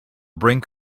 brink